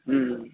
ہوں